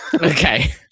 Okay